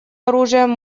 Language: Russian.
оружием